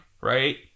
right